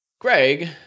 Greg